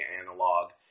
analog